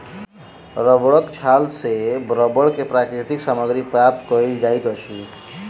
रबड़क गाछ सॅ रबड़ के प्राकृतिक सामग्री प्राप्त कयल जाइत अछि